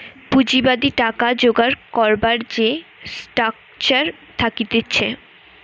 পুঁজিবাদী টাকা জোগাড় করবার যে স্ট্রাকচার থাকতিছে